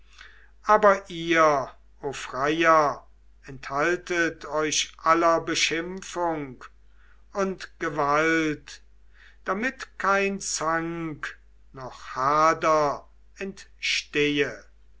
aber ihr o freier enthaltet euch aller beschimpfung und gewalt damit kein zank noch hader entstehe